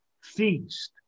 feast